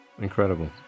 Incredible